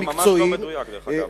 זה ממש לא מדויק, דרך אגב.